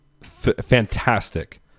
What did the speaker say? fantastic